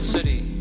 City